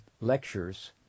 lectures